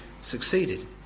succeeded